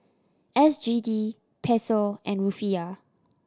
S G D Peso and Rufiyaa